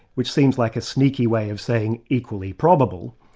which seems like a sneaky way of saying equally probable,